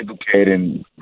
educating